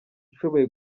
ishoboye